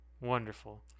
Wonderful